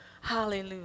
Hallelujah